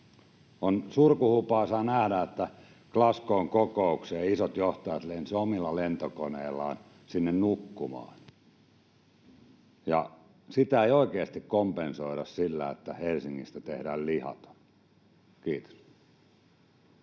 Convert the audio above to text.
On surkuhupaisaa nähdä, että Glasgow’n kokoukseen isot johtajat lensivät omilla lentokoneillaan sinne nukkumaan. Ja sitä ei oikeasti kompensoida sillä, että Helsingistä tehdään lihaton. — Kiitos.